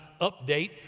update